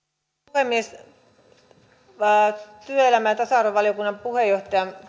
puhemies työelämä ja tasa arvovaliokunnan puheenjohtajan